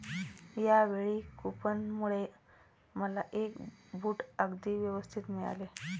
यावेळी कूपनमुळे मला हे बूट अगदी स्वस्तात मिळाले